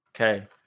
Okay